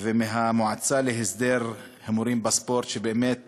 ומהמועצה להסדר הימורים בספורט שבאמת